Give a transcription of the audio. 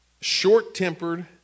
short-tempered